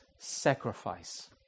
sacrifice